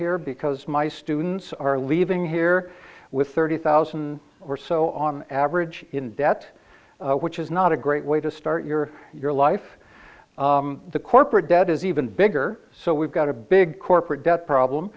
here because my students are leaving here with thirty thousand or so on average in debt which is not a great way to start your your life the corporate debt is even bigger so we've got a big corporate debt